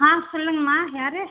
ஆ சொல்லுங்கம்மா யாரு